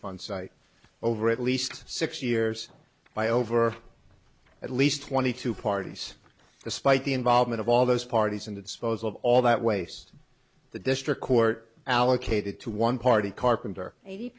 fund site over at least six years by over at least twenty two parties despite the involvement of all those parties and to dispose of all that waste the district court allocated to one party carpenter eighty